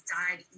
died